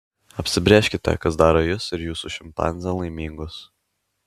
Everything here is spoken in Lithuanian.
apsibrėžkite kas daro jus ir jūsų šimpanzę laimingus